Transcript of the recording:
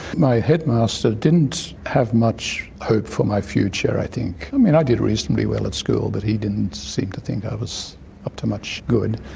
my headmaster didn't have much hope for my future i think. and i did reasonably well at school but he didn't seem to think i was up to much good,